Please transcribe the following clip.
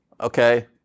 Okay